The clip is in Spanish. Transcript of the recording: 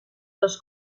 los